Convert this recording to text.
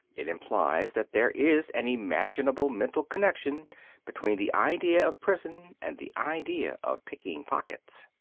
it implies that there is an imaginable mental connection between the idea of prison and the idea of picking pockets.